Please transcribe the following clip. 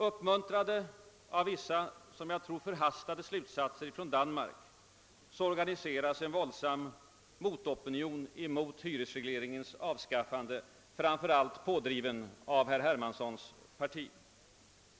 Uppmuntrad av vissa, som jag tror förhastade, slutsatser av utvecklingen i Danmark, organiserar man en våldsam opinion mot hyresregleringens avskaffande, framför allt pådriven av herr Hermanssons parti.